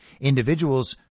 Individuals